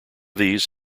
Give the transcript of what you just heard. these